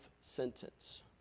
sentence